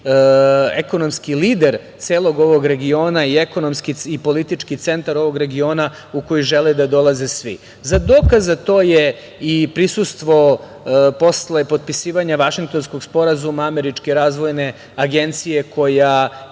ekonomski lider celog ovog regiona i ekonomski i politički centar ovog regiona u koji žele da dolaze svi. Dokaz za to je i prisustvo, posle potpisivanja Vašingtonskog sporazuma, Američke razvojne agencije koja